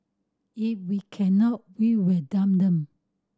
if we cannot we will dump them